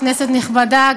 כנסת נכבדה,